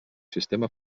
sistema